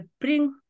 bring